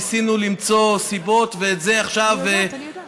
ניסינו למצוא סיבות וזה עכשיו